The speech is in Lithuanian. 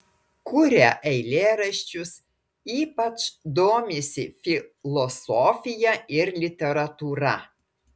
kuria eilėraščius ypač domisi filosofija ir literatūra